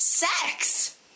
Sex